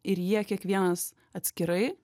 ir jie kiekvienas atskirai